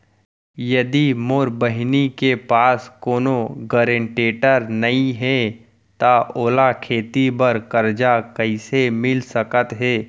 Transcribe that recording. यदि मोर बहिनी के पास कोनो गरेंटेटर नई हे त ओला खेती बर कर्जा कईसे मिल सकत हे?